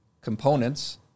components